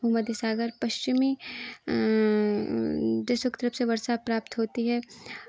भूमध्य सागर पश्चिमी देशों के तरफ से वर्षा प्राप्त होती है